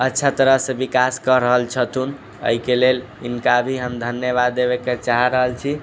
अच्छा तरहसँ विकास कऽ रहल छथुन एहिके लेल हिनका भी हम धन्यवाद देबेके चाहि रहल छी